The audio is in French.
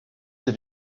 ses